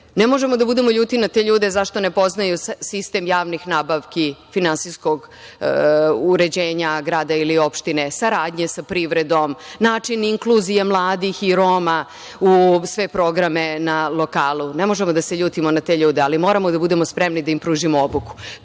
Ne možemo da budemo ljuti na te ljude zato što ne poznaju sistem javnih nabavki, finansijskog uređenja grada ili opštine, saradnje sa privredom, način inkluzije mladih i Roma u sve programe na lokalu. Ne možemo da se ljutimo na te ljude, ali moramo da budemo spremni da im pružimo obuku.